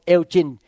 Elgin